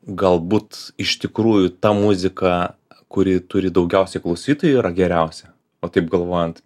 galbūt iš tikrųjų ta muzika kuri turi daugiausiai klausytojų yra geriausia o taip galvojant